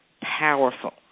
powerful